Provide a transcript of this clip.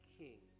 king